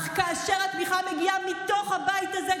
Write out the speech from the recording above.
אך כאשר התמיכה מגיעה מתוך הבית הזה,